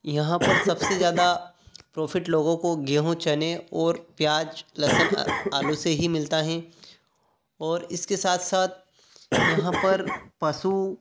यहाँ पर सबसे ज़्यादा प्रॉफिट लोगों को गेहूँ चने और प्याज़ लहसुन आलू से ही मिलता हैं और इसके साथ साथ यहाँ पर पशु